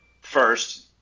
First